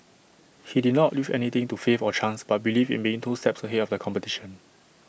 he did not leave anything to faith or chance but believed in being two steps ahead of the competition